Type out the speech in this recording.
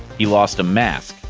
he lost a mask.